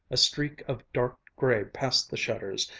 a streak of dark gray past the shutters,